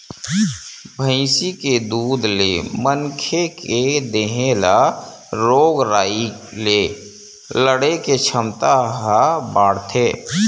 भइसी के दूद ले मनखे के देहे ल रोग राई ले लड़े के छमता ह बाड़थे